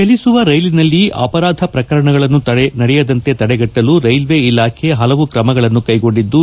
ಚಲಿಸುವ ರೈಲಿನಲ್ಲಿ ಅಪರಾಧ ಪ್ರಕರಣ ನಡೆಯದಂತೆ ತಡೆಗಟ್ಟಲು ರೈಲ್ವೆ ಇಲಾಖೆ ಹಲವು ಕ್ರಮಗಳನ್ನು ಕೈಗೊಂಡಿದ್ದು